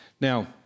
Now